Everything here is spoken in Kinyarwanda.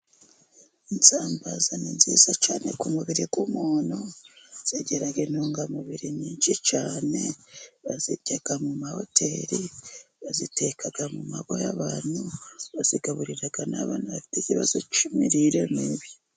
Insambaza ni nziza cyane ku mubiri w'umuntu zagiraga intungamubiri nyinshi cyane bazirya mu mahoteri, baziteka mu mago y'abantu, bazigaburira n'abana bafite ikibazo cy'imirire mibi.